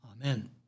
Amen